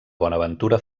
bonaventura